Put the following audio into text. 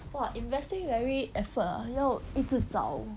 !wah! investing very effort lah 要一直找